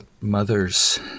mothers